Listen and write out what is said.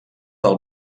del